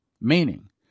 Meaning